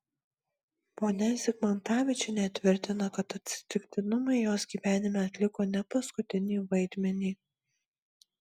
ponia zigmantavičienė tvirtina kad atsitiktinumai jos gyvenime atliko ne paskutinį vaidmenį